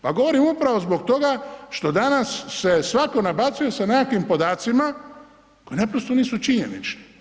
Pa govorim upravo zbog toga što danas se svatko nabacuje sa nekakvim podacima koji naprosto nisu činjenični.